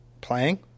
playing